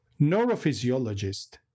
neurophysiologist